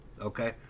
okay